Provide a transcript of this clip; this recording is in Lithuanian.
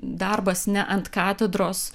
darbas ne ant katedros